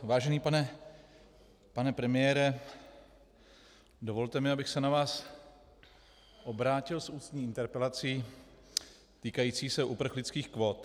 Vážený pane premiére, dovolte mi, abych se na vás obrátil s ústní interpelací týkající se uprchlických kvót.